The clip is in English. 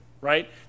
right